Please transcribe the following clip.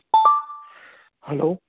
hello